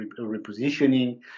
repositioning